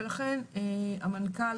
ולכן המנכ"ל